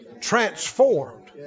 Transformed